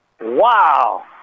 Wow